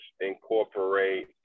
incorporate